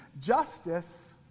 justice